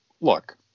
look